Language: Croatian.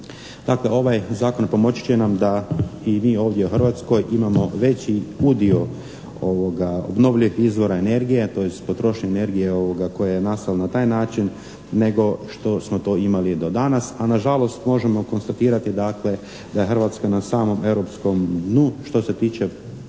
tako da ovaj zakon pomoći će nam da i mi ovdje u Hrvatskoj imamo veći udio obnovljivih izvora energije tj. potrošene energije koja je nastala na taj način, nego što smo to imali do danas a na žalost možemo konstatirati da je Hrvatska na samom europskom dnu što se tiče